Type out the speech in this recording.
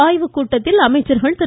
ஆய்வுக்கூட்டத்தில் அமைச்சர்கள் திரு